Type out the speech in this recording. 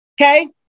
Okay